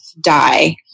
die